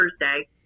Thursday